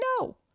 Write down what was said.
no